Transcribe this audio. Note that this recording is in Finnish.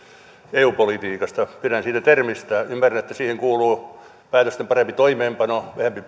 eu politiikasta pidän siitä termistä ymmärrän että siihen kuuluu päätösten parempi toimeenpano vähempi